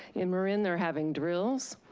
in marin, they're having drills.